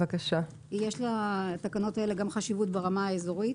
יש לתקנות האלה חשיבות גם ברמה האזורית.